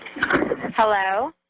Hello